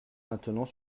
maintenant